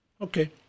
Okay